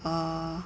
err